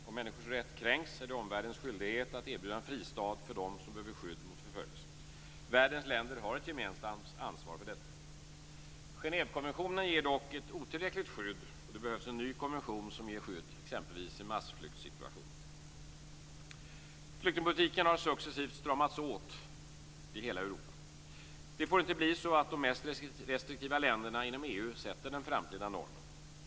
Om människors rätt kränks är det omvärldens skyldighet att erbjuda en fristad för dem som behöver skydd mot förföljelse. Världens länder har ett gemensamt ansvar för detta. Genèvekonventionen ger dock ett otillräckligt skydd, och det behövs en ny konvention som ger skydd exempelvis i massflyktssituationer. Flyktingpolitiken har successivt stramats åt i hela Europa. Det får inte bli så att de mest restriktiva länderna inom EU sätter den framtida normen.